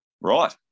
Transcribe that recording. Right